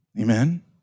Amen